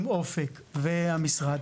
עם "אופק" והמשרד,